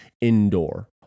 indoor